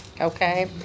okay